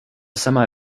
semi